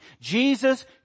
Jesus